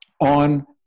on